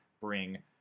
bring